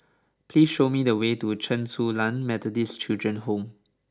please show me the way to Chen Su Lan Methodist Children's Home